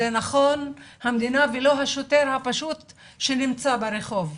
זה נכון, המדינה ולא השוטר הפשוט שנמצא ברחוב.